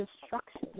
destruction